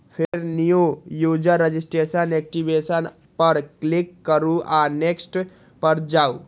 फेर new user registration, activation पर click करू आ नेक्स्ट पर जाउ